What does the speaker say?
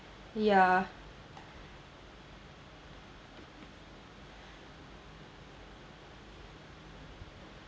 ya